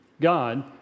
God